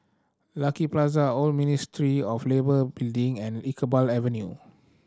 Lucky Plaza Old Ministry of Labour Building and Iqbal Avenue